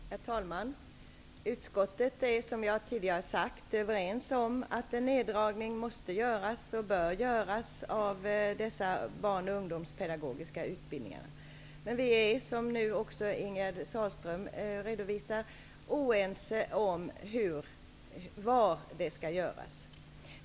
Herr talman! I utskottet är man, som jag tidigare sade, överens om att en neddragning av de barnoch ungdomspedagogiska utbildningarna bör och måste göras. Som Ingegerd Sahlström också redovisade är vi oense om var det skall göras.